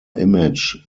image